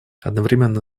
одновременно